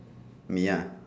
me ah